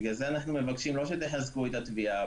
בגלל זה אנחנו מבקשים לא שתחזקו את התביעה.